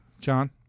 john